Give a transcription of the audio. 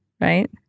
Right